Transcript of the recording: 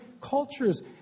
cultures